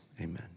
amen